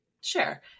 Sure